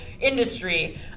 industry